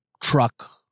truck